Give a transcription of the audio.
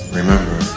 remember